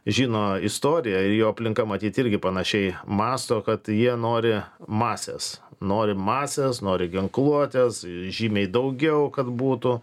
žino istoriją jo aplinka matyt irgi panašiai mąsto kad jie nori masės nori masės nori ginkluotės žymiai daugiau kad būtų